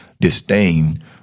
disdain